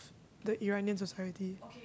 the Iranian society